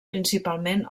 principalment